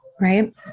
right